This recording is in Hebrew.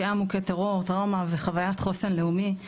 כעם מוכה טרור, טראומה וחוויית חוסן לאומי.